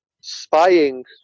spying